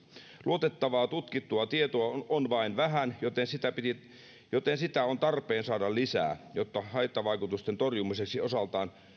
luotettavaa tutkittua tietoa on on vain vähän joten sitä on tarpeen saada lisää jotta haittavaikutusten torjumiseksi